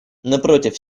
напротив